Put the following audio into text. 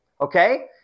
okay